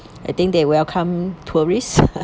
I think they welcome tourists